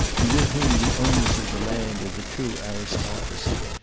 and with whom the owners of the land are the true aristocracy,